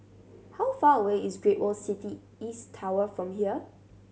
how far away is Great World City East Tower from here